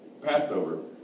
Passover